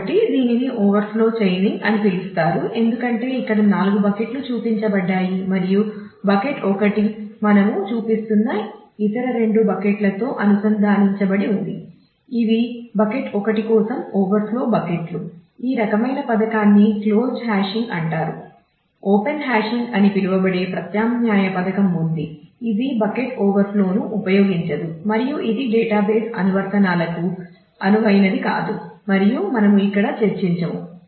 కాబట్టి దీనిని overflow chaining అని పిలువబడే ప్రత్యామ్నాయ పథకం ఉంది ఇది బకెట్ ఓవర్ఫ్లోను ఉపయోగించదు మరియు ఇది డేటాబేస్ అనువర్తనాలకు అనువైనది కాదు మరియు మనము ఇక్కడ చర్చించము